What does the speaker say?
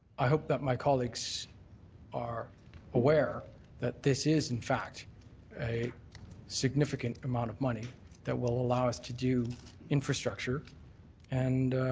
i hope that my colleagues are aware that this is in fact a significant amount of money that will allow us to do infrastructure and